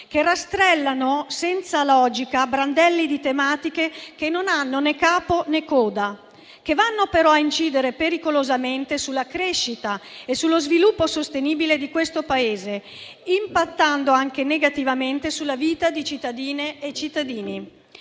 che rastrellano senza logica brandelli di tematiche che non hanno né capo, né coda, ma che vanno a incidere pericolosamente sulla crescita e sullo sviluppo sostenibile di questo Paese, impattando negativamente sulla vita di cittadine e cittadini.